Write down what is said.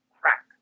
crack